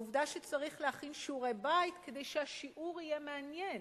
העובדה שצריך להכין שיעורי בית כדי שהשיעור יהיה מעניין.